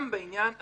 גם בעניין הזנות,